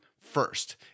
first